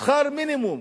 שכר מינימום,